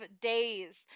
days